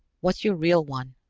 what's your real one?